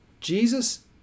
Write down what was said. Jesus